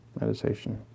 meditation